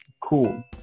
cool